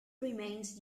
remained